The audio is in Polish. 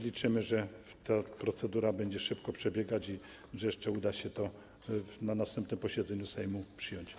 Liczymy, że ta procedura będzie szybko przebiegać i że jeszcze uda się to na następnym posiedzeniu Sejmu przyjąć.